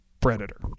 Predator